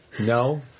No